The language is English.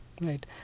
right